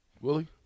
Willie